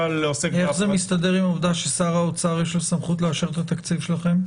איך זה מסתדר עם העובדה שלשר האוצר יש סמכות לאשר את התקציב שלכם?